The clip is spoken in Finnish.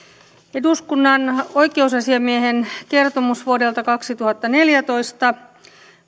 eduskunnan oikeusasiamiehen kertomuksesta vuodelta kaksituhattaneljätoista